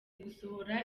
gusohora